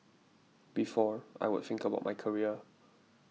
before I would think about my career